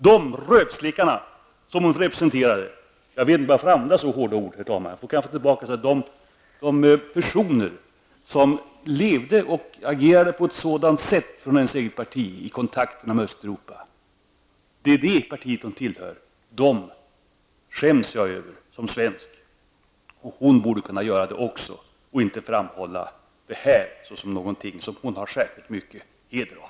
De rövslickarna, som hon representerade -- jag vet inte om jag får använda så hårda ord, herr talman, jag får kanske ta tillbaka det --, de personer hennes eget parti som levde och agerade på ett sådant sätt i kontakt med Östeuropa, det är det partiet hon tillhör, dem skäms jag över som svensk, och hon borde också kunna göra det och inte framhålla det här som något som hon har särskilt mycket heder av.